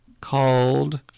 called